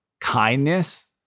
kindness